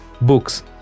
books